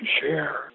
share